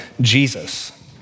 Jesus